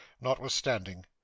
notwithstanding